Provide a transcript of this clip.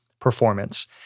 performance